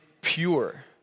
pure